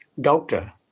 doctor